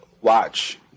watch